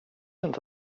inte